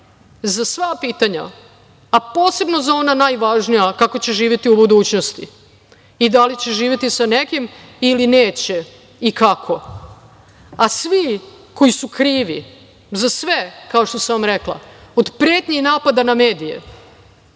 za sva pitanja, a posebno za ona najvažnija - kako će živeti u budućnosti i da li će živeti sa nekim ili neće i kako, a svi koji su krivi za sve, kao što sam rekla, od pretnji i napada na medije,